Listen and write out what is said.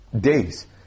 days